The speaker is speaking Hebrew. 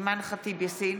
אימאן ח'טיב יאסין,